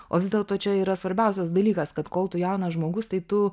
o vis dėlto čia yra svarbiausias dalykas kad kol tu jaunas žmogus tai tu